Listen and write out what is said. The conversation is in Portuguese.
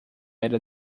era